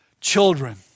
children